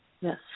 Yes